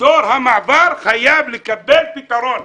דור המעבר חייב לקבל פתרון.